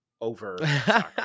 over